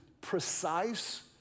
precise